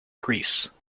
greece